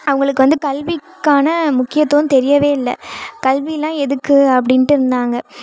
அவங்களுக்கு வந்து கல்விக்கான முக்கியத்துவம் தெரியவே இல்லை கல்வியெல்லாம் எதுக்கு அப்படின்ட்டு இருந்தாங்க